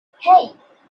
hey